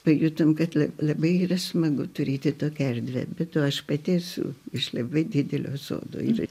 pajutom kad labai smagu turėti tokią erdvę be to aš pati esu iš labai didelio sodo ir